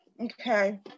Okay